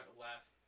last